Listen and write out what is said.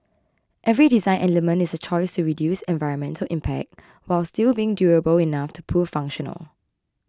every design element is a choice to reduce environmental impact while still being durable enough to prove functional